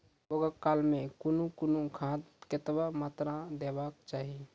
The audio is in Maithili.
बौगक काल मे कून कून खाद केतबा मात्राम देबाक चाही?